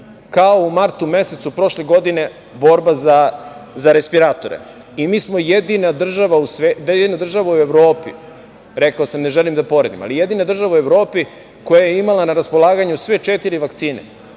kao u martu mesecu prošle godine borba za respiratore i mi smo jedina država u svetu, da jedina država u Evropi, rekao sam da ne želim da poredim, ali jedina država u Evropi koja je imala na raspolaganju sve četiri vakcine